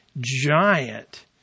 giant